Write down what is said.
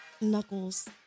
knuckles